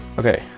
okay,